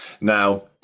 Now